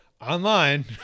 online